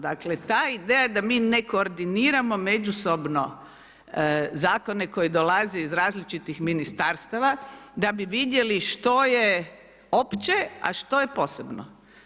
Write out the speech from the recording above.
Dakle, ta ideja da mi ne koordiniramo međusobno zakone koji dolaze iz različitih Ministarstava da bi vidjeli što je opće, a što je posebno.